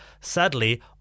Sadly